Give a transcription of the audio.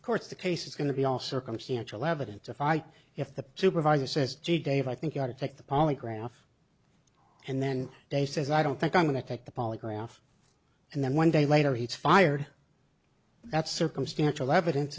of course the case is going to be all circumstantial evidence if i if the supervisor says gee dave i think you ought to take the polygraph and then they says i don't think i'm going to take the polygraph and then one day later he's fired that's circumstantial evidence